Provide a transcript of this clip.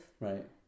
right